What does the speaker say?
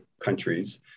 countries